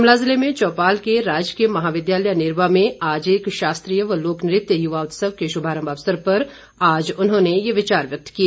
शिमला जिले में चौपाल के राजकीय महाविद्यालय नेरवा में आज एक शास्त्रीय व लोकनृत्य युवा उत्सव के शुभारंभ अवसर पर आज उन्होंने ये विचार व्यक्त किए